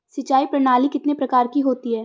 सिंचाई प्रणाली कितने प्रकार की होती है?